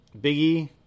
Biggie